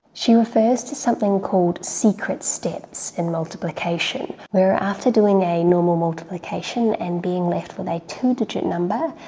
she refers to something called secret steps in multiplication where after doing a normal multiplication and being left with a two digit number,